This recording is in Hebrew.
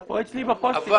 תחשבו.